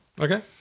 Okay